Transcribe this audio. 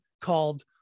called